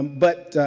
but,